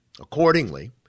Accordingly